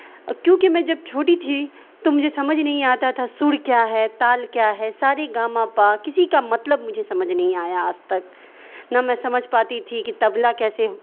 اور کیونکہ میں جب چھوٹی تھی تو مجھے سمجھ نہیں آتا تھا سر کیا ہے تال کیا ہے سا رے گا ما پا کسی کا مطلب مجھے سمجھ نہیں آیا آج تک نہ میں سمجھ پاتی تھی کہ تبلا کیسے